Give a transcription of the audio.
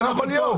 זה לא יכול להיות.